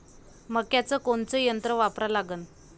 मक्याचं कोनचं यंत्र वापरा लागन?